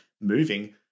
moving